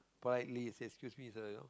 politely say excuse me sir